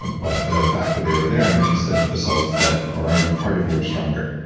but the fact that they were there, means that the cells that are already part of you are stronger.